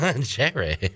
jerry